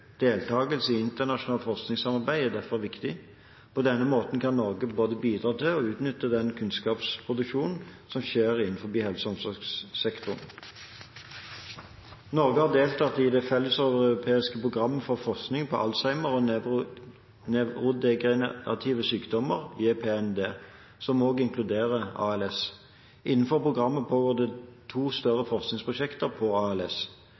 i internasjonalt forskningssamarbeid er derfor viktig. På denne måten kan Norge både bidra til og utnytte den kunnskapsproduksjonen som skjer innenfor helse- og omsorgssektoren. Norge har deltatt i det felleseuropeiske programmet for forskning på Alzheimer og nevrodegenerative sykdommer – JPND – som også inkluderer ALS. Innenfor programmet pågår det to større forskningsprosjekter på ALS.